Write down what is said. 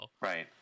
Right